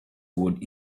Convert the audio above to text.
would